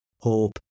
hope